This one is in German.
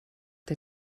der